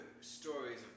stories